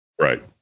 right